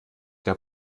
der